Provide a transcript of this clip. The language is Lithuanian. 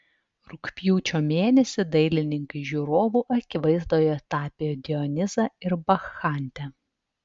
rugpjūčio mėnesį dailininkai žiūrovų akivaizdoje tapė dionizą ir bakchantę